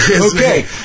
Okay